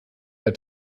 der